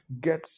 Get